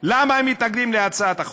למה הם מתנגדים להצעת החוק.